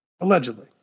Allegedly